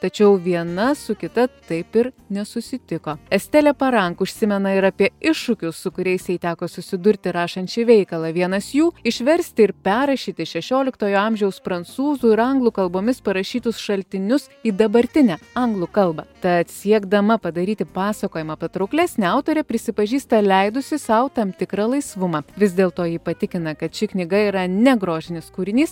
tačiau viena su kita taip ir nesusitiko estelė parank užsimena ir apie iššūkius su kuriais jai teko susidurti rašant šį veikalą vienas jų išversti ir perrašyti šešioliktojo amžiaus prancūzų ir anglų kalbomis parašytus šaltinius į dabartinę anglų kalbą tad siekdama padaryti pasakojimą patrauklesnį autorė prisipažįsta leidusi sau tam tikrą laisvumą vis dėl to ji patikina kad ši knyga yra ne grožinis kūrinys